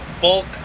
Bulk